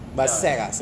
ya